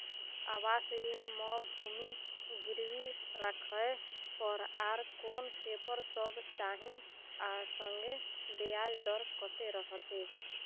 आवास ऋण म भूमि गिरवी राखै पर आर कोन पेपर सब चाही आ संगे ब्याज दर कत्ते रहते?